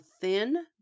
thin